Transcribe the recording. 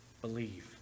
Believe